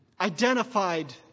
identified